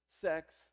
sex